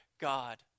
God